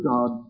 God